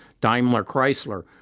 Daimler-Chrysler